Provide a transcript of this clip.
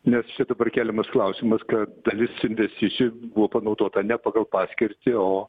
nes čia dabar keliamas klausimas kad dalis investicijų buvo panaudota ne pagal paskirtį o